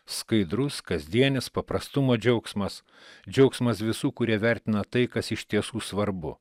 skaidrus kasdienis paprastumo džiaugsmas džiaugsmas visų kurie vertina tai kas iš tiesų svarbu